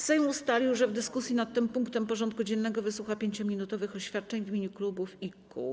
Sejm ustalił, że w dyskusji nad tym punktem porządku dziennego wysłucha 5-minutowych oświadczeń w imieniu klubów i kół.